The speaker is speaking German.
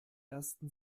ersten